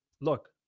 look